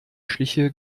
schliche